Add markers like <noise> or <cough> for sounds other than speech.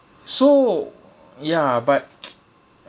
so ya but <noise>